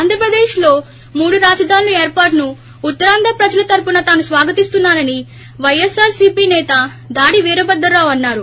ఆంధ్రప్రదేశ్లో మూడు రాజధానులు ఏర్పాటును ఉత్తరాంధ్ర ప్రజలు తరఫున తాను స్వాగతిస్తున్నానని వైఎస్సీపీ సేత దాడి వీరభద్రరావు అన్నారు